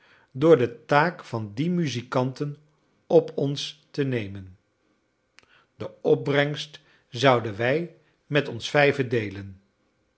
door de taak van die muzikanten op ons te nemen de opbrengst zouden wij met ons vijven deelen